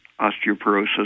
osteoporosis